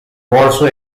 warsaw